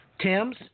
Tims